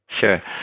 sure